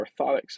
orthotics